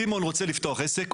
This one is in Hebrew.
סימון רוצה לפתוח עסק,